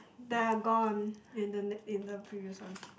they are gone in the ne~ in the previous one